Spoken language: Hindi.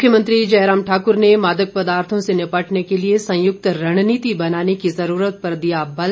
मुख्यमंत्री जयराम ठाकुर ने मादक पदार्थों से निपटने के लिए संयुक्त रणनीति बनाने की जरूरत पर दिया बल